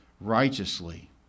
righteously